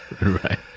right